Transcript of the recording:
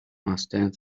understand